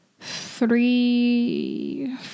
three